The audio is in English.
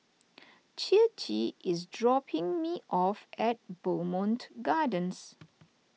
Ciji is dropping me off at Bowmont Gardens